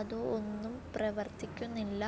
അതു ഒന്നും പ്രവർത്തിക്കുന്നില്ല